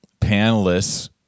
panelists